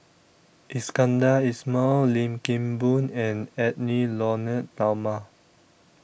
Iskandar Ismail Lim Kim Boon and Edwy Lyonet Talma